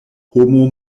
homo